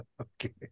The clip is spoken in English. Okay